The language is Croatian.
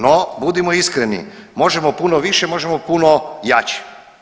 No budimo iskreni, možemo puno više, možemo puno jače.